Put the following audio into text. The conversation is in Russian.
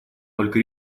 только